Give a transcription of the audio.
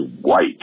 white